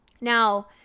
Now